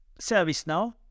ServiceNow